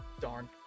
darn